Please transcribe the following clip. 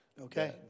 Okay